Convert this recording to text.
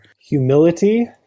Humility